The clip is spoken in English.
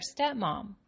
stepmom